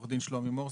עורך-דין שלומי מור,